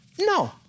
No